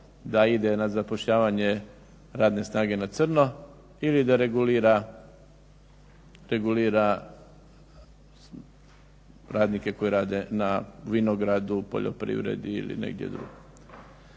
da ide na zapošljavanje radne snage na crno ili da regulira radnike koji rade na vinogradu, poljoprivredi ili negdje drugdje.